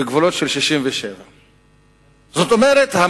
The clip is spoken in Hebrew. בגבולות של 1967. זאת אומרת,